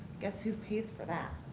guess who pays for that?